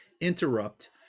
interrupt